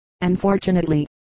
unfortunately